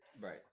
Right